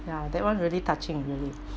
ya that one really touching really